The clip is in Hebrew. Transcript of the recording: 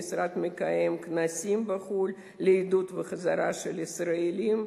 המשרד מקיים כנסים בחו"ל לעידוד חזרתם של הישראלים,